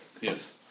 Yes